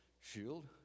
shield